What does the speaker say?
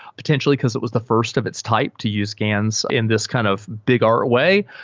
potentially because it was the first of its type to use gans in this kind of big art way.